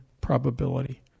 probability